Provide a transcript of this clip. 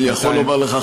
אני יכול לומר לך,